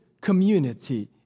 community